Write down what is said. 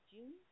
June